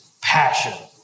passion